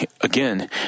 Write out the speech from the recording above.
again